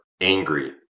angry